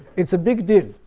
it's a big deal.